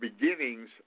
Beginnings